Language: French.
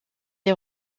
est